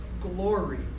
glory